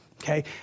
Okay